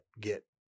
get